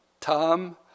Tom